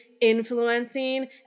influencing